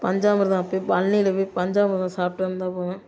பஞ்சாமிர்தம் அப்டி பழனியில் போய் பஞ்சாமிர்தம் சாப்பிட்டு வந்தால் போதும்